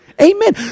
Amen